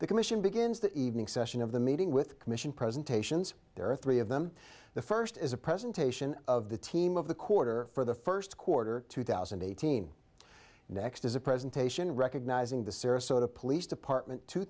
the commission begins the evening session of the meeting with commission presentations there are three of them the first is a presentation of the team of the quarter for the first quarter two thousand and eighteen next is a presentation recognizing the sarasota police department two